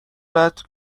تجارت